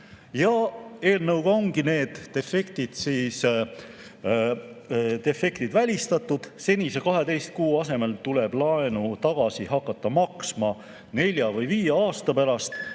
Eelnõuga on need defektid välistatud. Senise 12 kuu asemel tuleb laenu tagasi hakata maksma nelja või viie aasta pärast.